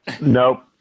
Nope